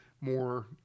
more